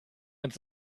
ganz